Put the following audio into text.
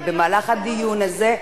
בסדר, במהלך הדיון הזה.